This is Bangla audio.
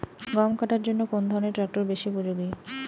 গম কাটার জন্য কোন ধরণের ট্রাক্টর বেশি উপযোগী?